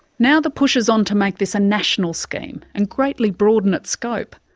now the push is on to make this a national scheme and greatly broaden its scope,